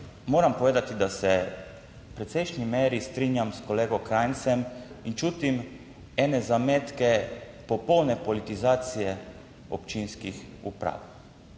moram povedati, da se v precejšnji meri strinjam s kolegom Krajncem in čutim ene zametke popolne politizacije občinskih uprav.